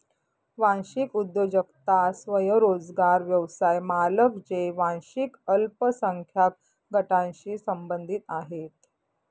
वांशिक उद्योजकता स्वयंरोजगार व्यवसाय मालक जे वांशिक अल्पसंख्याक गटांशी संबंधित आहेत